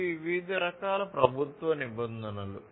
ఇవి వివిధ రకాల ప్రభుత్వ నిబంధనలు